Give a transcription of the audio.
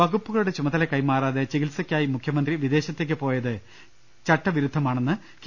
വകുപ്പുകളുടെ ചുമതല കൈമാറാതെ ചികിത്സയ്ക്കായി മുഖ്യ മന്ത്രി വിദേശത്തേക്ക് പോയത് ചട്ടവിരുദ്ധമാണെന്ന് കെ